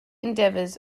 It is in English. endeavors